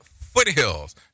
foothills